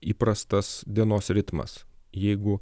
įprastas dienos ritmas jeigu